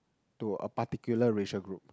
to a particular racial group